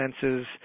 senses